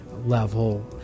level